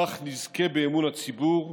כך נזכה באמון הציבור,